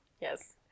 Yes